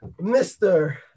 mr